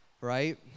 right